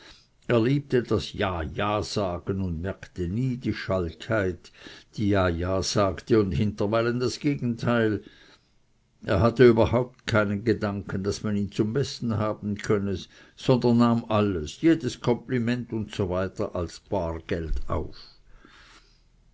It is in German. er liebte das ja ja sagen und merkte nie die schalkheit die ja ja sagte und hinterwärts das gegenteil er hatte überhaupt keinen begriff davon daß man ihn zum besten haben könne sondern nahm alles jedes kompliment usw als bar geld auf